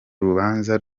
rubanza